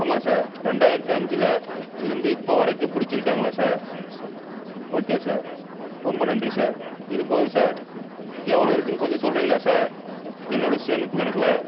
ஆமாம் சார் ரெண்டாயிரத்து அஞ்சில் இருந்து இப்போ வரைக்கும் பிடிச்சிருக்காங்களா சார் ஓகே சார் ரொம்ப நன்றி சார் இது போதும் சார் எவ்வளோ இருக்குதுன்னு கொஞ்சம் சொல்கிறீங்களா சார் என்னோடய சேமிப்பு கணக்கில்